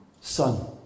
son